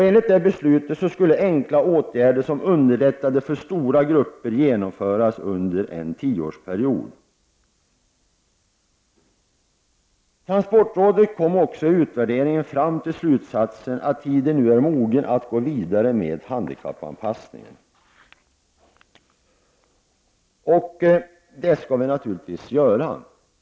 Enligt det beslutet skulle enkla åtgärder som underlättade för stora grupper genomföras under en tioårsperiod. Transportrådet kom också i utvärderingen fram till slutsatsen att tiden nu är mogen att gå vidare med handikappanpassningen, och det skall vi naturligtvis göra.